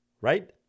Right